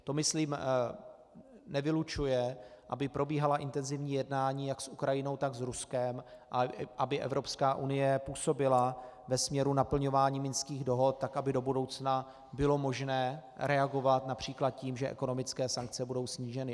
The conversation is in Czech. To, myslím, nevylučuje, aby probíhala intenzivní jednání jak s Ukrajinou, tak s Ruskem, a aby Evropská unie působila ve směru naplňování minských dohod tak, aby do budoucna bylo možné reagovat např. tím, že ekonomické sankce budou sníženy.